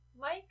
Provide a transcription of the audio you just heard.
Mike